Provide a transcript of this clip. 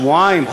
שבועיים,